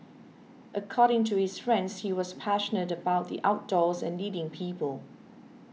according to his friends he was passionate about the outdoors and leading people